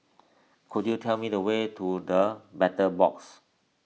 could you tell me the way to the Battle Box